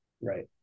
Right